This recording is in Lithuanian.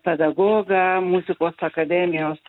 pedagogą muzikos akademijos